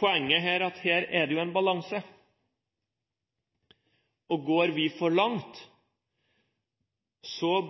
Poenget er at her er det en balanse. Går vi for langt,